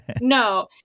No